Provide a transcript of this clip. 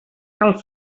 cal